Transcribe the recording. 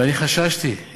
ואני חששתי,